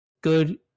good